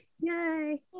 yay